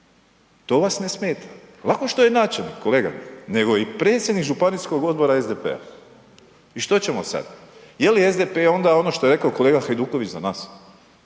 To vas ne smeta? Lako što je načelnik kolega nego i predsjednik Županijskog odbora SDP-a i što ćemo sada? Jeli SDP onda ono što je rekao kolega Hajduković za nas,